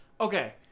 Okay